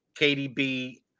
KDB –